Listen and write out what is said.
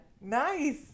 Nice